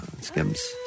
skims